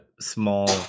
small